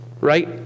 right